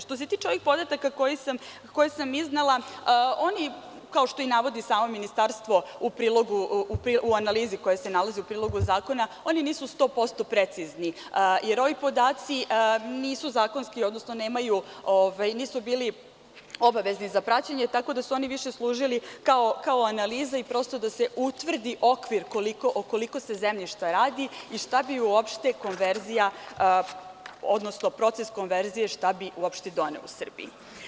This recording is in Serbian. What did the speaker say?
Što se tiče ovih podataka koje sam iznela, kao što navodi i samo Ministarstvo u analizi koja se nalazi u prilogu zakona, oni nisu 100% precizni, jer ovi podaci nisu zakonski, odnosno nisu bili obavezni za praćenje, tako da su oni više služili kao analiza i prosto da se utvrdi okvir o koliko se zemljišta radi i šta bi uopšte konverzija, odnosno proces konverzije šta bi uopšte doneo u Srbiji.